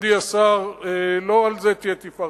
מכובדי השר, לא על זה תהיה תפארתכם.